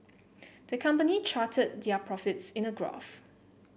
the company charted their profits in a graph